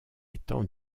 étant